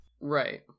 right